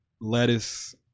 Lettuce